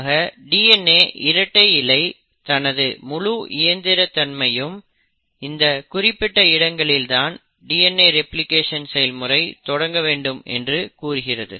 ஆக DNA இரட்டை இழை தனது முழு இயந்திர தன்மையையும் இந்த குறிப்பிட்ட இடங்களில் தான் DNA ரெப்ளிகேஷன் செயல்முறை தொடங்க வேண்டும் என்று கூறுகிறது